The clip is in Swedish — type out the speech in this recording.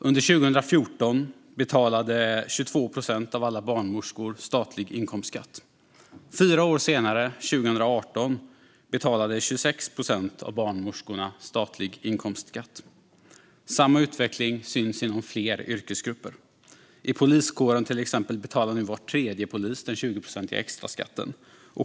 Under 2014 betalade 22 procent av alla barnmorskor statlig inkomstskatt. Fyra år senare, 2018, betalade 26 procent av barnmorskorna statlig inkomstskatt. Samma utveckling syns inom fler yrkesgrupper. I poliskåren, till exempel, betalar nu var tredje polis den 20-procentiga extraskatten.